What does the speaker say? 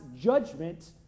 judgment